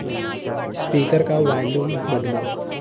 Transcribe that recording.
speaker का volume बदलो